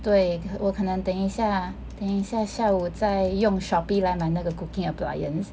对我可能等一下等一下下午再用 Shopee 来买那个 cooking appliance